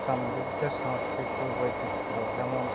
সামৃদ্ধ সংস্কৃত বৈচিত্র্য যেমন